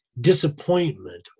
disappointment